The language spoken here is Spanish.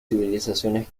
civilizaciones